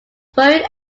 foreign